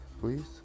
Please